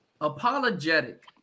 Apologetic